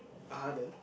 (uh huh) then